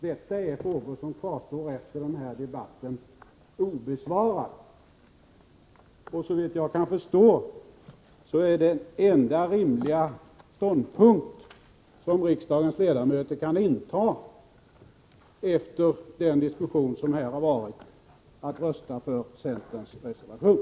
Detta är frågor som kvarstår obesvarade efter denna debatt. Den enda rimliga ståndpunkt som riksdagens ledamöter kan inta efter den diskussion som här har förts är, såvitt jag kan förstå, att rösta för centerns reservation.